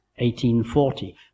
1840